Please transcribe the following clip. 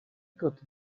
got